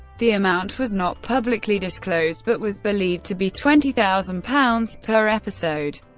the amount was not publicly disclosed, but was believed to be twenty thousand pounds per episode,